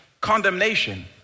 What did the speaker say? Condemnation